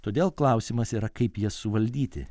todėl klausimas yra kaip jas suvaldyti